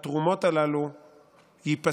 התרומות הללו ייפסקו,